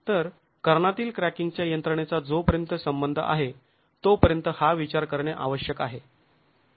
तर कर्णातील क्रॅकिंगच्या यंत्रणेचा जोपर्यंत संबंध आहे तोपर्यंत हा विचार करणे आवश्यक आहे